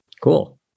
Cool